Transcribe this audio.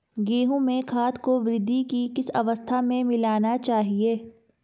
गेहूँ में खाद को वृद्धि की किस अवस्था में मिलाना चाहिए?